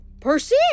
Percy